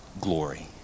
glory